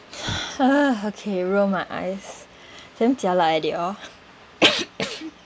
ugh okay roll my eyes damn jialat eh they all